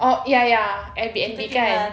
oh ya ya Airbnb kan